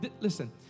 Listen